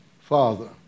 Father